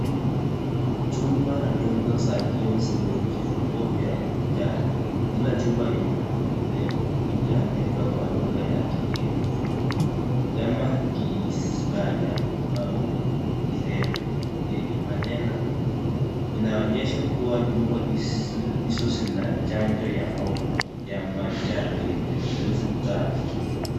Chumba dogo za kioo zenye kifuniko vya njano. Kila chupa ina lebo iliyoandikwa kwa lugha ya kigeni, kama Kiispania au Kireno. Yenye maneno yanaonyesha kuwa chupa hizo zina chanjo ya homa ya manjano yenye dose tano.